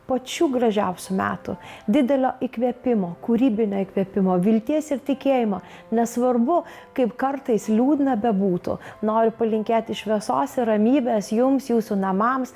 pačių gražiausių metų didelio įkvėpimo kūrybinio įkvėpimo vilties ir tikėjimo nesvarbu kaip kartais liūdna bebūtų noriu palinkėti šviesos ir ramybės jums jūsų namams